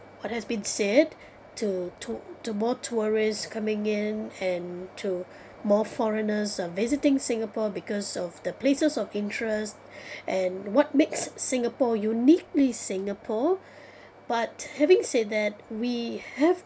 what has been said to tou~ to more tourists coming in and to more foreigners um visiting singapore because of the places of interest and what makes singapore uniquely singapore but having said that we have